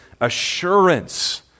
assurance